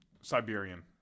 Siberian